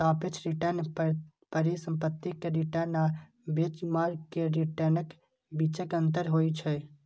सापेक्ष रिटर्न परिसंपत्ति के रिटर्न आ बेंचमार्क के रिटर्नक बीचक अंतर होइ छै